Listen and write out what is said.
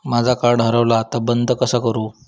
माझा कार्ड हरवला आता बंद कसा करू?